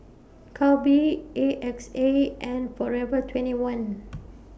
Calbee A X A and Forever twenty one